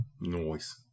Noise